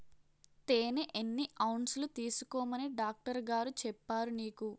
తేనె ఎన్ని ఔన్సులు తీసుకోమని డాక్టరుగారు చెప్పారు నీకు